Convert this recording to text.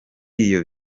iyo